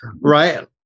right